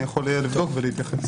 אני יכול לבדוק ולהתייחס.